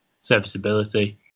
serviceability